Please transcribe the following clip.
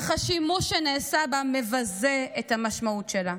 אך השימוש שנעשה בה מבזה את המשמעות שלה.